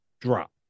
drop